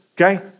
okay